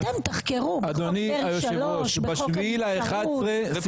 אתם תחקרו בחוק דרעי 3, בחוק הנבצרות.